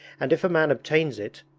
and if a man obtains it,